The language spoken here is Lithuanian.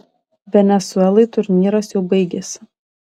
venesuelai turnyras jau baigėsi